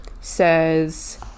says